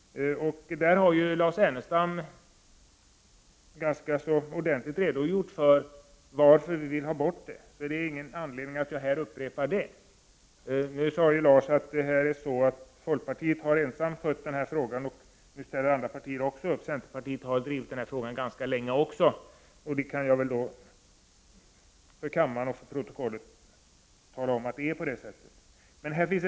Lars Ernestam har redogjort ganska utförligt för varför vi vill ha bort PCB. Det finns alltså ingen anledning att här upprepa det. Lars Ernestam sade dock att folkpartiet ensamt hade skött denna fråga och att också andra partier nu hade ställt upp på detta krav. Jag kan för kammaren och protokollet tala om att också centerpartiet har drivit denna fråga ganska länge.